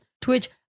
twitch